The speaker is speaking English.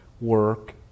work